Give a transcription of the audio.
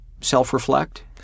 self-reflect